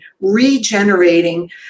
regenerating